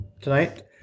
tonight